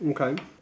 Okay